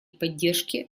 поддержки